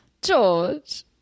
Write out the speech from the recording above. George